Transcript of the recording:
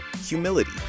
humility